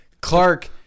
Clark